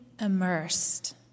immersed